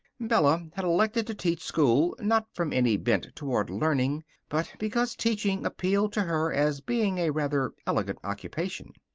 bella had elected to teach school, not from any bent toward learning but because teaching appealed to her as being a rather elegant occupation.